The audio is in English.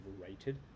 overrated